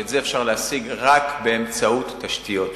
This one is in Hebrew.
שאת זה אפשר להשיג רק באמצעות תשתיות.